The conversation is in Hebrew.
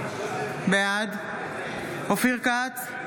בעד אופיר כץ,